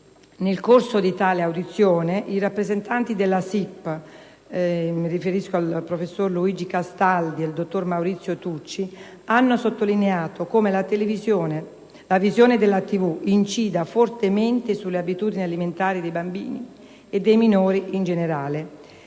Nel corso di tale audizione i rappresentanti della SIP (professor Luigi Cataldi e dottor Maurizio Tucci) hanno sottolineato come la visione della TV incida fortemente sulle abitudini alimentari dei bambini e dei minori in generale.